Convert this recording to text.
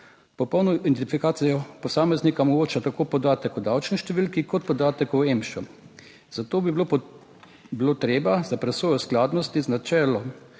Popolno identifikacijo posameznika omogoča tako podatek o davčni številki kot podatek o EMŠU. Zato bi bilo treba za presojo skladnosti z načelom